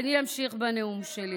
בנאום שלי.